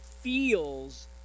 feels